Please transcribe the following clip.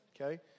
okay